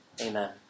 Amen